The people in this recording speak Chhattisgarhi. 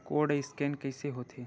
कोर्ड स्कैन कइसे होथे?